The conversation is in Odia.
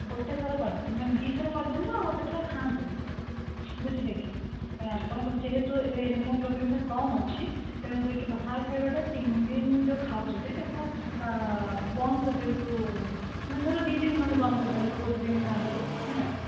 ଗୋଟେ ଥର ମାନେ ଦୁଇ ଥର କରିଦିଅନ୍ତୁ ଆଉ ଗୋଟେ ଥର ଖାଆନ୍ତୁନି ବୁଝିଲେକି ଏ ଆପଣଙ୍କର ଯେହେତୁ ହିମୋଗ୍ଲୋବିନ୍ଟା କମ୍ ଅଛି ତେଣୁ କରିକି ବାହାର ଖାଇବାଟା ତିନିଦିନ ଯେଉଁ ଖାଉଛନ୍ତି ତାକୁ ବନ୍ଦ କରିଦିଅନ୍ତୁ ମାନେ ଧର ଦୁଇ ଦିନ ନହଲେ ବନ୍ଦ କରିଦିଅନ୍ତୁ ଗୋଟେ ଦିନ ଖାଆନ୍ତୁ ହେଲା